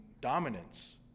dominance